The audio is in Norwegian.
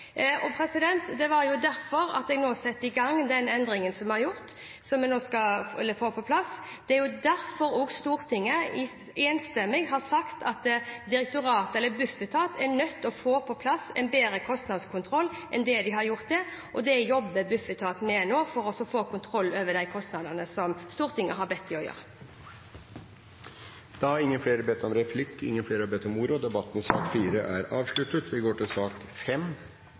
endringen som vi nå skal få på plass. Det er også derfor Stortinget enstemmig har sagt at Bufetat er nødt til å få på plass en bedre kostnadskontroll enn det de har hatt. Bufetat jobber nå med å få kontroll over disse kostnadene, som Stortinget har bedt dem om å gjøre. Replikkordskiftet er dermed omme. Flere har ikke bedt om ordet til sak nr. 4. Etter ønske fra familie- og kulturkomiteen vil presidenten foreslå at taletiden blir begrenset til